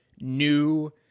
new